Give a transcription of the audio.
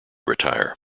retire